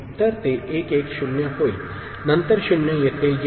तर ते 1 1 0 होईल नंतर 0 येथे येईल